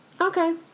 Okay